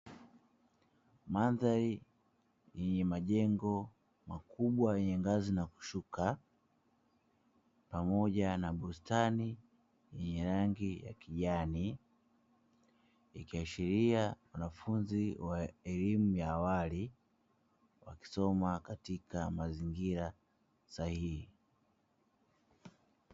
Mandhari yenye majengo makubwa yenye ngazi na kushuka pamoja na bustani yenye rangi ya kijani ikiashiria wanafunzi wa elimu ya awali wakisoma katika mazingira sahihi.